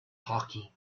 hockey